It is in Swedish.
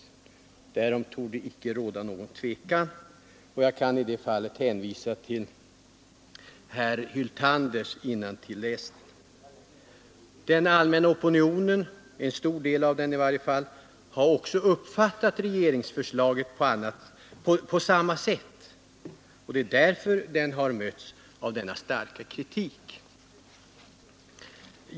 Härom torde icke råda något tvivel, och jag kan i det fallet hänvisa till herr Hyltanders innantilläsning. Den allmänna opinionen — en stor del av den i varje fall — har också uppfattat regeringsförslaget på samma sätt, och det är därför det har mötts av denna starka kritik.